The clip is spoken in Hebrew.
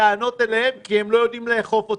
בטענות אל המשטרה כי היא לא יודעת לאכוף אותן.